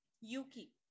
Yuki